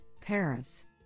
Paris